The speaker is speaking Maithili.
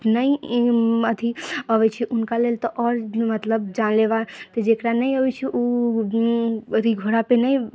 नहि अथी अबै छै हुनका लेल तऽ आओर मतलब जानलेवा जेकरा नहि अबै छै ओ अथी घोड़ा पे नहि